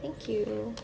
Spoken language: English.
thank you